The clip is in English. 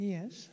Yes